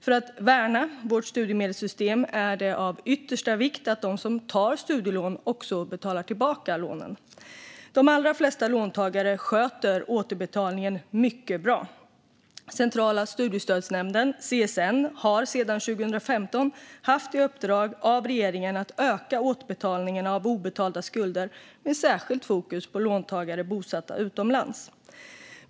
För att värna vårt studiemedelssystem är det av yttersta vikt att de som tar studielån också betalar tillbaka lånen, och de allra flesta låntagare sköter återbetalningen mycket bra. Centrala studiestödsnämnden, CSN, har sedan 2015 haft i uppdrag av regeringen att öka återbetalningen av obetalda skulder med särskilt fokus på låntagare bosatta utomlands.